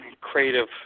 creative